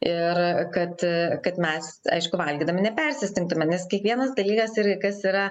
ir kad kad mes aišku valgydami nepersistengtumėm nes kiekvienas dalykas ir kas yra